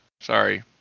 Sorry